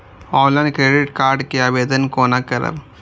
Online credit card के आवेदन कोना करब?